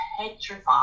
petrified